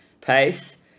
pace